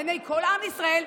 לעיני כל עם ישראל,